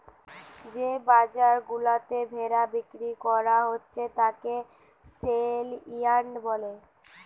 যে বাজার গুলাতে ভেড়া বিক্রি কোরা হচ্ছে তাকে সেলইয়ার্ড বোলছে